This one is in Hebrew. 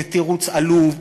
זה תירוץ עלוב,